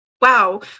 Wow